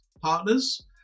Partners